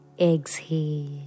exhale